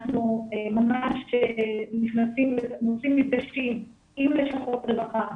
אנחנו ממש עושים מפגשים עם לשכות רווחה,